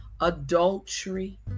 adultery